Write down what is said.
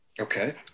Okay